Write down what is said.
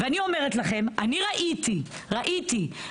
ואני אומרת לכם, אני ראיתי, ראיתי.